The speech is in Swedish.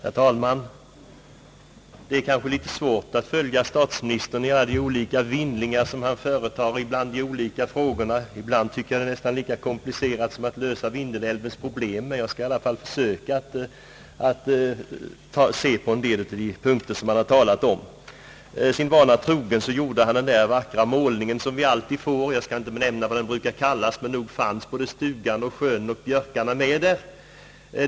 Herr talman! Det är kanske litet svårt att följa statsministern i de olika vindlingar som han företar bland de olika frågorna. Ibland tycker jag att det är nästan lika komplicerat som att lösa Vindelälvens problem, men jag skall i alla fall försöka tala om en del av de punkter som statsministern har talat om. Sin vana trogen gjorde herr Erlander den där vackra målningen, som vi alltid får. Jag skall inte nämna vad den brukar kallas, men nog fanns både stugan och sjön och björkarna med där.